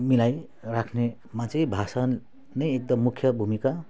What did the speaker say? मिलाइ राख्ने मातृभाषा नै एकदम मुख्य भूमिका